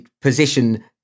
position